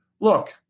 Look